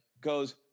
goes